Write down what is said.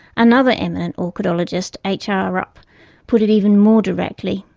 another eminent orchidologist, h. r. rupp put it even more directly.